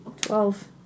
Twelve